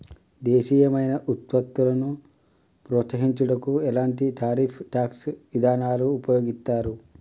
దేశీయమైన వృత్పత్తులను ప్రోత్సహించుటకు ఎలాంటి టారిఫ్ ట్యాక్స్ ఇదానాలు ఉపయోగిత్తారు